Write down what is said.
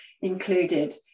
included